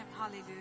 Hallelujah